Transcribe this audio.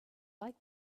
like